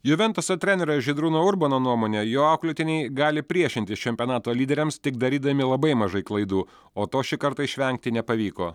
juventuso trenerio žydrūno urbono nuomone jo auklėtiniai gali priešintis čempionato lyderiams tik darydami labai mažai klaidų o to šį kartą išvengti nepavyko